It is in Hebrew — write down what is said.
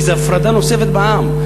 כי זה הפרדה נוספת בעם,